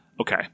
Okay